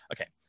Okay